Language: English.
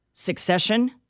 succession